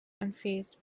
unfazed